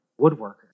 woodworker